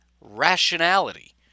Rationality